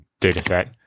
dataset